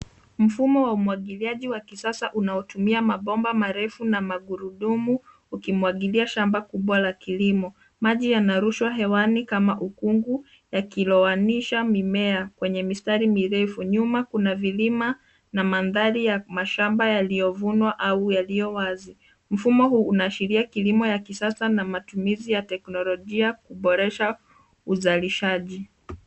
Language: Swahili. Mfumo wa umwagiliaji wa kisasa uanotumia mabomba marefu na magurudumu ukimwagilia shamba kubwa la kilimo. Maji yanarushwa hewani kama ukungu yakilowanisha mimea kwenye mistari mirefu. Nyuma kuna milima na mandhari ya mashamba yaliyovunwa au yaliyo wazi. Mfumo huu unaashiria kilimo ya kisasa na matumizi ya teknolojia kuboresha uzalishaji.